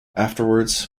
afterwards